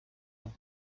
ans